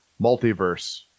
multiverse